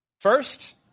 First